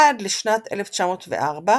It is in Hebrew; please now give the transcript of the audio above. עד לשנת 1904,